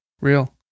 real